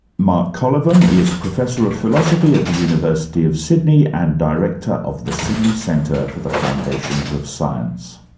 mark colyvan is professor of philosophy at the university of sydney, and director of the sydney centre for the foundations of science.